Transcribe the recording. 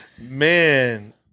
Man